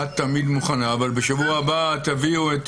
בשבוע הבא תביאו את